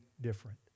different